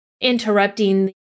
interrupting